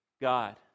God